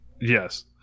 Yes